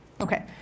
okay